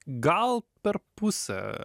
gal per pusę